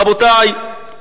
רבותי,